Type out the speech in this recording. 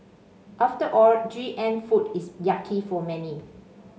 after all G M food is yucky for many